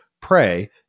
pray